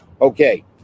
okay